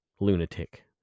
lunatic